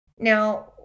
Now